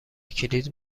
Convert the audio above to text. کلید